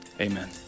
amen